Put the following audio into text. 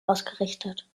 ausgerichtet